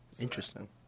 Interesting